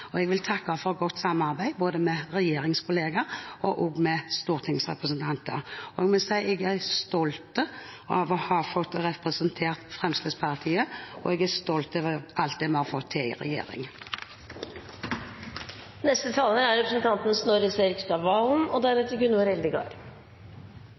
og jeg vil takke for godt samarbeid med både regjeringskolleger og stortingsrepresentanter. Jeg må si jeg er stolt over å ha fått representere Fremskrittspartiet, og jeg er stolt over alt vi har fått til i regjering. Det er